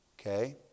Okay